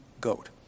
goat